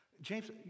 James